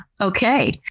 Okay